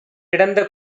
கிடந்த